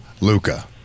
Luca